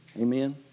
Amen